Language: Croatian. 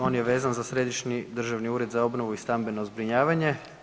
On je vezan za Središnji državni ured za obnovu i stambeno zbrinjavanje.